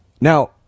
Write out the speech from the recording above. Now